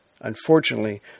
Unfortunately